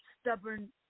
stubborn